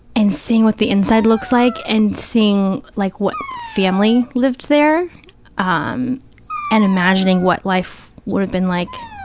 and seeing what the inside looks like and seeing like what family lived there ah um and imagining what life would have been like